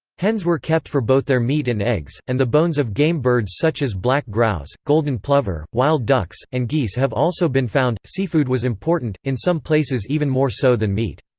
hens were kept for both their meat and eggs, and the bones of game birds such as black grouse, golden plover, wild ducks, and geese have also been found seafood was important, in some places even more so than meat.